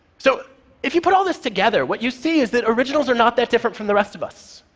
so if you put all this together, what you see is that originals are not that different from the rest of us.